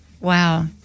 wow